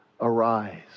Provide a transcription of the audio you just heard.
Arise